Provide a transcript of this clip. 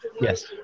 yes